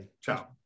Ciao